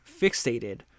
fixated